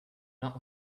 not